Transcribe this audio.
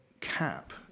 CAP